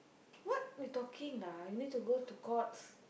what you talking lah you need to go to Courts